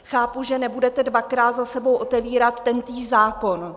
Chápu, že nebudete dvakrát za sebou otevírat tentýž zákon.